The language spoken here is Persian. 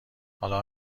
حالا